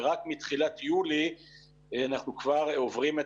ורק מתחילת יולי אנחנו כבר עוברים,